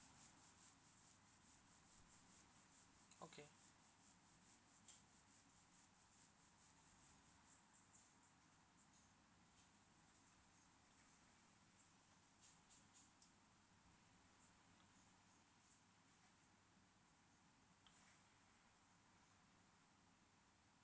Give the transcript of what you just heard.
okay